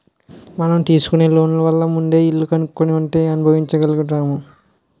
మనం తీసుకునే లోన్ వల్ల ముందే ఇల్లు కొనుక్కుని వెంటనే అనుభవించగలుగుతున్నాం